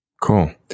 Cool